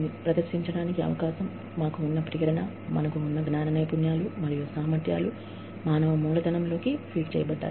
ప్రేరణను ప్రదర్శించే అవకాశం మనకు మానవ నైపుణ్యానికి మేలు చేసిన జ్ఞాన నైపుణ్యాలు మరియు సామర్ధ్యాలు ఉన్నాయి